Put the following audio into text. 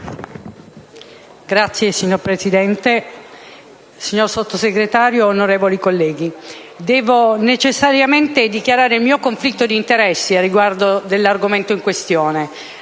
Signor Presidente, signor Sottosegretario, onorevoli colleghi, devo necessariamente dichiarare il mio conflitto di interessi riguardo l'argomento in questione: